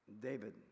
David